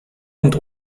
und